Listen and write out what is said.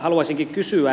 haluaisinkin kysyä